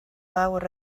lawr